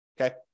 okay